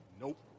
Nope